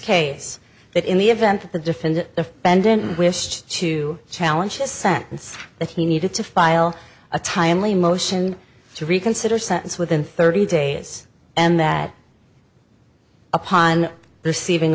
case that in the event that the defendant of ben didn't wish to challenge his sentence that he needed to file a timely motion to reconsider sentence within thirty days and that upon receiving